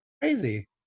crazy